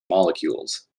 molecules